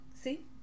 See